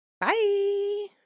Bye